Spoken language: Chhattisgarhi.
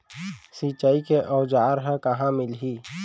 सिंचाई के औज़ार हा कहाँ मिलही?